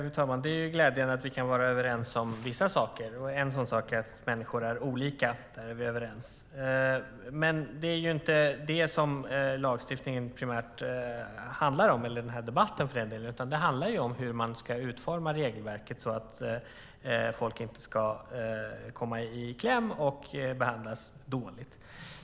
Fru talman! Det är glädjande att vi kan vara överens om vissa saker. En sådan sak är att människor är olika. Där är vi överens. Men lagstiftningen och den här debatten handlar inte primärt om det. Debatten handlar om hur man ska utforma regelverket så att folk inte ska komma i kläm och behandlas dåligt.